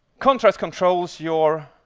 contrast controls your